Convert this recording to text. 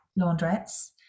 Laundrettes